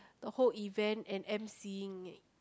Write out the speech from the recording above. the whole event and emceeing it